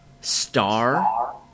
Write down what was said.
star